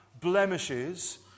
blemishes